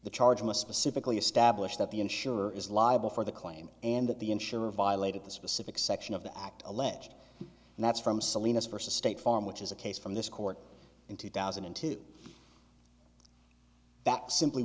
the charge was specifically established that the insurer is liable for the claim and that the insurer violated the specific section of the act alleged and that's from salinas versus state farm which is a case from this court in two thousand and two that simply